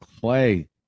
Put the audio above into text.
Clay